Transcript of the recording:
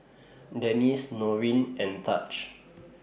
Denese Norine and Taj